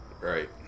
Right